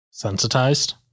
Sensitized